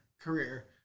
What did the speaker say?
career